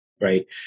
Right